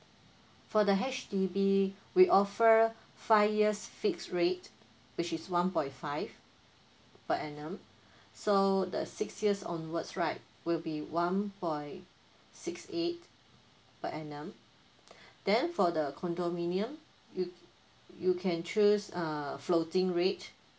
for the H_D_B we offer five years fixed rate which is one point five per annum so the six years onwards right will be one point six eight per annum then for the condominium you you can choose uh floating rate